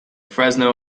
fresno